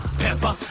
pepper